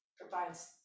provides